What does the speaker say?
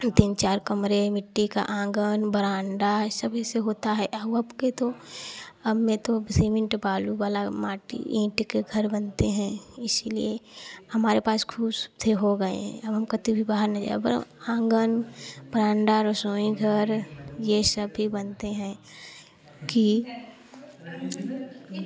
तीन चार कमरे मिट्टी का आँगन बरांडा सभी से होता है हम लोग के तो अब तो सीमेंट बालू वाला माँटी ईंट के घर बनते हैं इसीलिए हमारे पास खुस से हो गए हैं अब हम कातेय बी बाहर अगर हम आँगन बरांडा रसोई घर यह सब भी बनते हैं कि